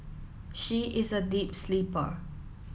she is a deep sleeper